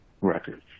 records